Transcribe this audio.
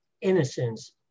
innocence